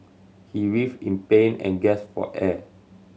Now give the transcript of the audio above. he writhed in pain and gas for air